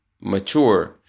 mature